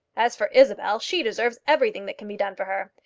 as for isabel, she deserves everything that can be done for her.